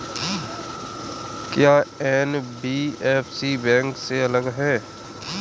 क्या NBFC bank से अलग है?